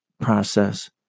process